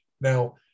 Now